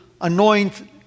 anoint